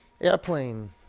Airplane